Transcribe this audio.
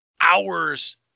hours